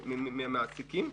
מהמעסיקים.